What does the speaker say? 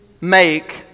make